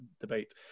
debate